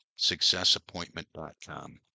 Successappointment.com